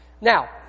Now